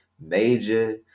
major